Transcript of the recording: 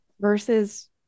Versus